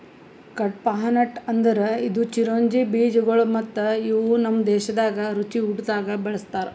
ಕಡ್ಪಾಹ್ನಟ್ ಅಂದುರ್ ಇದು ಚಿರೊಂಜಿ ಬೀಜಗೊಳ್ ಮತ್ತ ಇವು ನಮ್ ದೇಶದಾಗ್ ರುಚಿ ಊಟ್ದಾಗ್ ಬಳ್ಸತಾರ್